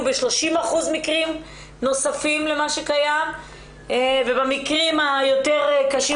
ב30% מקרים נוספים למה שקיים ובמקרים היותר קשים